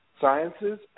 sciences